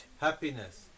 happiness